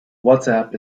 whatsapp